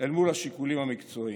אל מול השיקולים המקצועיים.